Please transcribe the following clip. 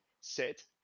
sit